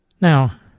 Now